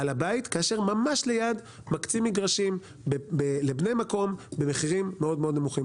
ממש לידו מקצים מגרשים לבני המקום במחירים מאוד מאוד נמוכים.